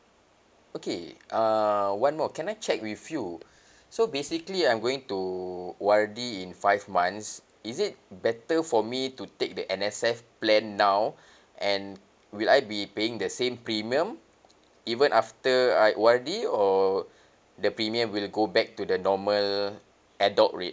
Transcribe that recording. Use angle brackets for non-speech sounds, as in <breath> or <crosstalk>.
okay uh one more can I check with you <breath> so basically I'm going to O_R_D in five months is it better for me to take the N_S_F plan now <breath> and will I be paying the same premium even after I O_R_D or <breath> the premium will go back to the normal adult rate